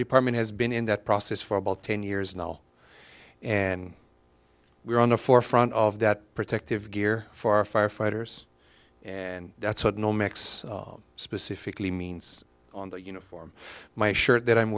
department has been in that process for about ten years now and we're on the forefront of that protective gear for our firefighters and that's what nomex specifically means on the uniform my shirt that i'm